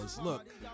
Look